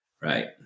right